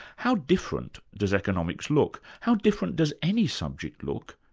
how different does economics look, how different does any subject look,